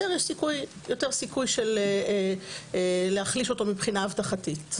יש יותר סיכוי להחליש אותו מבחינה אבטחתית.